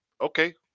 okay